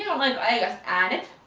i ah ah do?